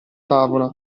tavola